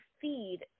feed